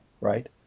right